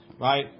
Right